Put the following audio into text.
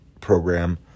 program